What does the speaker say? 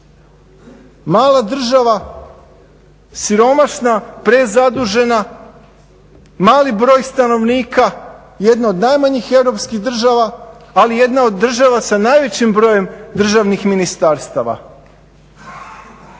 Mala država, siromašna, prezadužena, mali broj stanovnika, jedna od najmanjih europskih država ali jedna od država sa najvećim brojem državnih ministarstava.